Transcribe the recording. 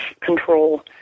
control